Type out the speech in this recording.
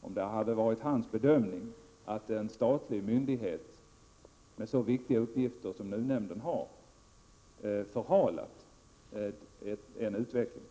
om det hade varit hans bedömning att en statlig myndighet med så viktiga uppgifter som NUU-nämnden har förhalat en utveckling.